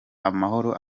amahoro